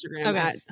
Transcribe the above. okay